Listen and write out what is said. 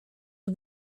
ich